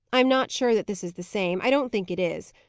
i am not sure that this is the same i don't think it is.